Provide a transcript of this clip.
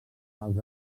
als